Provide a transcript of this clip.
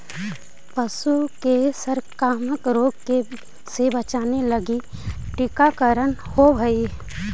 पशु के संक्रामक रोग से बचावे लगी भी टीकाकरण होवऽ हइ